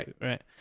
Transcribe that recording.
Right